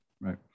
Right